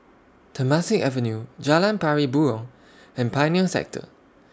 Temasek Avenue Jalan Pari Burong and Pioneer Sector